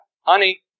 Honey